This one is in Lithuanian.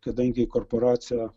kadangi korporacija